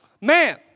man